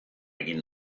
egin